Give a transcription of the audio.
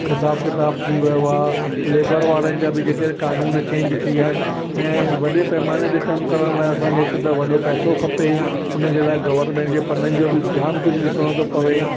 हिसाबु किताबु थी वियो आहे लेबर वारनि जा बि जे करे कानून चेंज थी विया आहिनि ऐं वॾे पैमाने ते कम करण लाइ हिकु त असांखे वॾो पैसो खपे उनजे लाइ गवर्नमेंट जे पननि जो जाम कुझु ॾिसण थो पवे